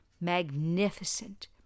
Magnificent